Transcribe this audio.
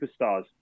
superstars